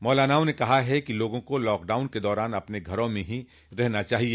मौलानाओं ने कहा है कि लोगों को लॉकडाउन के दौरान अपने घरों में ही रहना चाहिए